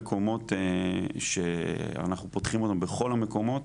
אנחנו פותחים אותם בכל המקומות,